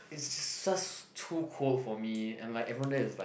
is such too cold for me and like everyone there is like